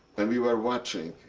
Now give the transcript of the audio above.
and we were watching.